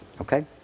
okay